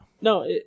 no